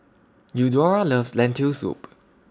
Eudora loves Lentil Soup